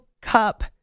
Cup